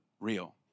real